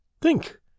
Think